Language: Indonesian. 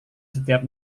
setiap